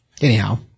Anyhow